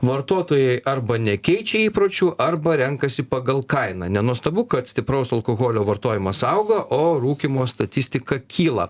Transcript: vartotojai arba nekeičia įpročių arba renkasi pagal kainą nenuostabu kad stipraus alkoholio vartojimas auga o rūkymo statistika kyla